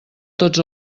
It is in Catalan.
tots